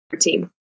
team